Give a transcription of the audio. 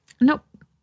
Nope